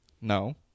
No